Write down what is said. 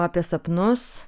apie sapnus